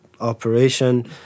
operation